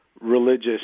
religious